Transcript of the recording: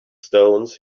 stones